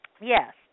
Yes